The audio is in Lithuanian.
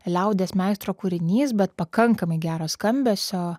liaudies meistro kūrinys bet pakankamai gero skambesio